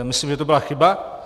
Myslím, že to byla chyba.